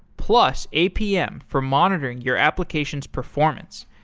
plus, apm for monitoring your application's performance.